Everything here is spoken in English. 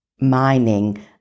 mining